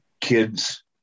kids